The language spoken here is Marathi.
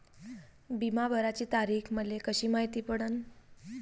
बिमा भराची तारीख मले कशी मायती पडन?